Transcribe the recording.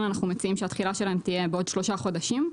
אנחנו מציעים שהתחילה שלהם תהיה בעוד שלושה חודשים,